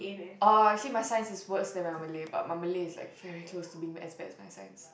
orh actually my science is worse than my Malay but my Malay is like very close to being as bad as my science